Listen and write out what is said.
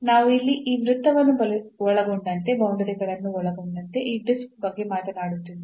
ನಾವು ಇಲ್ಲಿ ಈ ವೃತ್ತವನ್ನು ಒಳಗೊಂಡಂತೆ ಬೌಂಡರಿಗಳನ್ನು ಒಳಗೊಂಡಂತೆ ಈ ಡಿಸ್ಕ್ ಬಗ್ಗೆ ಮಾತನಾಡುತ್ತಿದ್ದೇವೆ